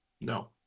No